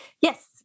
yes